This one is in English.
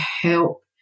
help